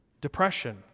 Depression